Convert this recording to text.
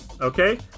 Okay